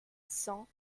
cent